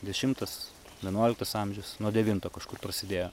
dešimtas vienuoliktas amžius nuo devinto kažkur prasidėjo